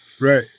Right